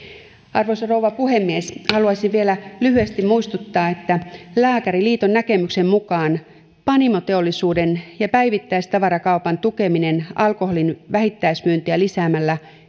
arvoisa rouva puhemies haluaisin vielä lyhyesti muistuttaa että lääkäriliiton näkemyksen mukaan panimoteollisuuden ja päivittäistavarakaupan tukeminen alkoholin vähittäismyyntiä lisäämällä